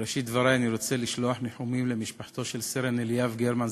בראשית דברי אני רוצה לשלוח ניחומים למשפחתו של סרן אליאב גלמן,